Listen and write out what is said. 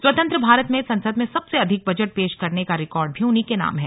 स्वतंत्र भारत में संसद में सबसे अधिक बजट पेश करने का रिकॉर्ड भी उन्हीं के नाम है